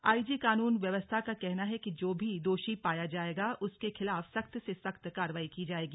IG कानून व्यवस्था का कहना है कि जो भी दोषी पाया जाएगा उसके खिलाफ सख्त से सख्त कार्रवाई की जाएगी